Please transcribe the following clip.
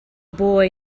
boy